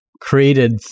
created